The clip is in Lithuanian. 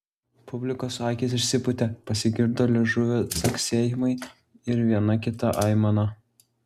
publikos akys išsipūtė pasigirdo liežuvio caksėjimai ir viena kita aimana